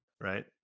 Right